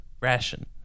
Ration